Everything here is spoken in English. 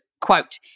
quote